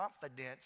confidence